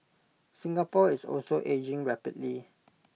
Singapore is also ageing rapidly